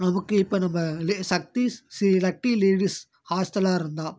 நமக்கு இப்போ நம்ம சக்தீஷ் ஸ்ரீ சக்தி லேடிஸ் ஹாஸ்டலாக இருந்தால்